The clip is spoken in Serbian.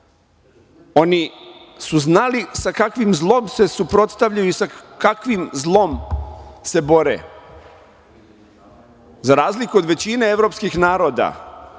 Oni su znali sa kakvim zlom se suprotstavljaju i sa kakvim zlom se bore. Za razliku od većine evropskih naroda,